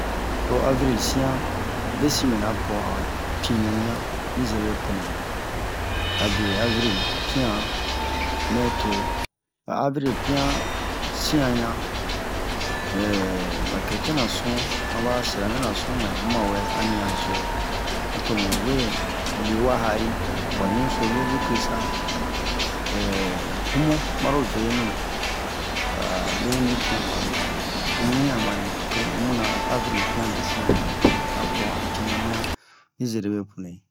o avril sian besin mɛna apo yan pine wian ni zerebe punui abe avril pian mɛ to a avril pian sian yan ba cretien na su ma ba silamɛra su yan muma we ani yan zo ato muwe le wa ha'iri wa ɲuso yesu crista humu maro venu leni tun wa o mu muyan ma nɛ to omuna avril pian besin mɛna apo han pine wian ni zereme punui